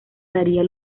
daría